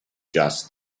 just